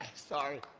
sorry.